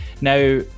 now